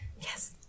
yes